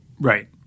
Right